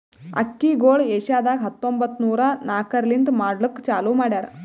ಅಕ್ಕಿಗೊಳ್ ಏಷ್ಯಾದಾಗ್ ಹತ್ತೊಂಬತ್ತು ನೂರಾ ನಾಕರ್ಲಿಂತ್ ಮಾಡ್ಲುಕ್ ಚಾಲೂ ಮಾಡ್ಯಾರ್